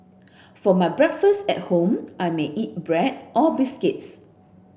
for my breakfast at home I may eat bread or biscuits